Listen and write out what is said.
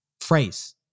phrase